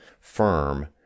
firm